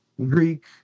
Greek